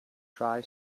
try